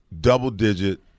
double-digit